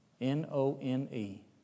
N-O-N-E